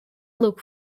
look